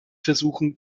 versuchen